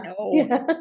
no